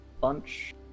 Bunch